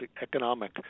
economic